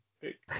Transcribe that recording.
pick